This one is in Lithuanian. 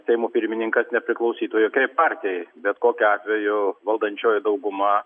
seimo pirmininkas nepriklausytų jokiai partijai bet kokiu atveju valdančioji dauguma